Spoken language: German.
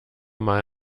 mal